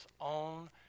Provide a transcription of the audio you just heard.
own